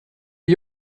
die